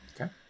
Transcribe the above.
Okay